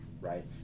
right